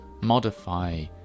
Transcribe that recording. modify